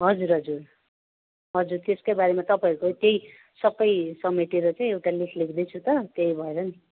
हजुर हजुर हजुर त्यसकै बारेमा तपाईँहरूको त्यही सबै समेटेर चाहिँ एउटा लेख लेख्दैछु त त्यही भएर नि